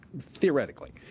Theoretically